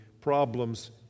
problems